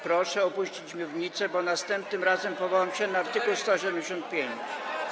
Proszę opuścić mównicę, bo następnym razem powołam się na art. 185.